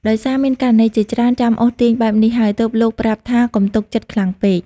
ដោយសារមានករណីជាច្រើនចាំអូសទាញបែបនេះហើយ ទើបលោកប្រាប់ថា កុំទុកចិត្តខ្លាំងពេក ។